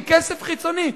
עם כסף חיצוני,